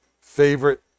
favorite